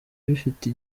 bifite